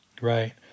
right